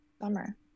Bummer